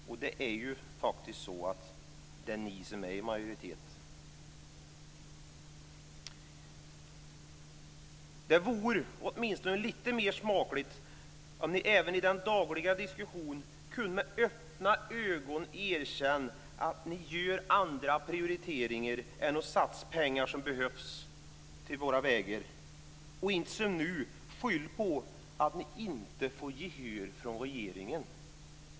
Det är ni som är i majoritet. Det vore åtminstone lite mer smakligt om ni även i den dagliga diskussionen med öppna ögon kunde erkänna att ni gör andra prioriteringar än att satsa pengar som behövs till våra vägar. Nu skyller ni på att ni inte får gehör från regeringen.